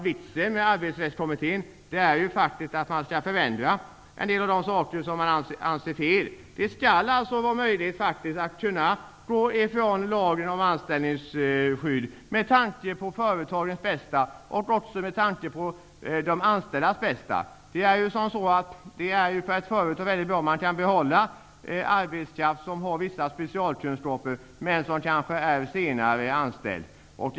Vitsen med Arbetsrättskommittén är ju faktiskt att man skall förändra en del av de saker som man anser vara fel. Det skall vara möjligt att gå ifrån lagen om anställningsskydd med tanke på företagens bästa, och även med tanke på de anställdas bästa. Det är ju mycket bra för ett företag om det kan behålla arbetskraft som har vissa specialkunskaper, men som kanske är anställd senare än andra.